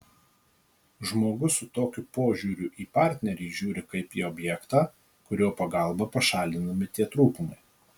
žmogus su tokiu požiūriu į partnerį žiūri kaip į objektą kurio pagalba pašalinami tie trūkumai